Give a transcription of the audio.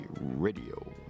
radio